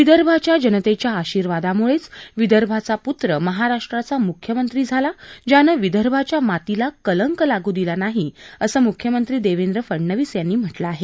विदर्भाच्या जनतेच्या आशीवार्दामुळेच विदर्भचा पूत्र महाराष्ट्राचा मुख्यमंत्री झाला ज्यानं विदर्भाच्या मातीला कलंक लागू दिला नाही असं मूख्यमंत्री देवेंद्र फडणवीस यांनी म्हटलं आहे